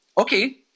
Okay